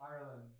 Ireland